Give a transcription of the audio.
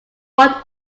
what